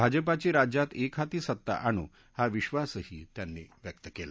भाजपाची राज्यात एकहाती सत्ता आणू हा विश्वासही त्यांनी व्यक्त केला